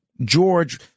George